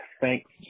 thanks